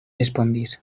respondis